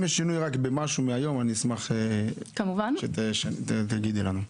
אם יש שינוי ממה שיש היום, אני אשמח שתגידי לנו.